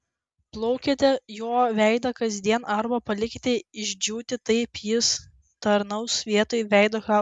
plaukite juo veidą kasdien arba palikite išdžiūti taip jis tarnaus vietoj veido kaukės